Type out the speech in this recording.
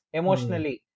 emotionally